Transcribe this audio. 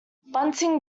bunting